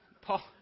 Paul